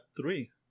three